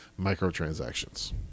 microtransactions